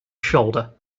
shoulder